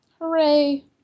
Hooray